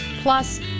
Plus